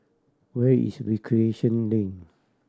where is Recreation Lane